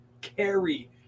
carry